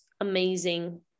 amazing